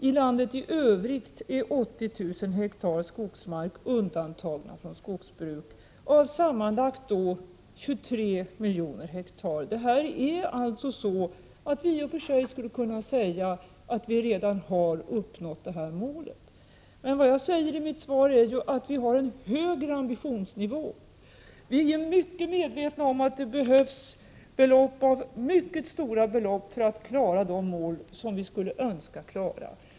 I landet i övrigt är 80 000 ha skogsmark undantagna från skogsbruk av sammanlagt 23 miljoner ha. Vi skulle alltså i och för sig kunna säga att målet redan har uppnåtts. Men vad jag säger i mitt svar är att vi har en högre ambitionsnivå. Vi är mycket medvetna om att det behövs mycket stora belopp för att klara de mål som vi skulle önska klara.